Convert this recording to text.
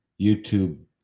YouTube